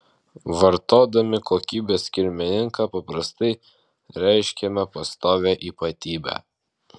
vartodami kokybės kilmininką paprastai reiškiame pastovią ypatybę